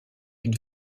une